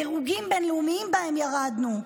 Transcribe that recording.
דירוגים בין-לאומיים שבהם ירדנו,